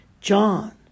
John